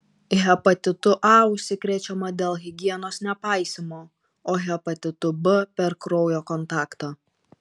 hepatitu a užsikrečiama dėl higienos nepaisymo o hepatitu b per kraujo kontaktą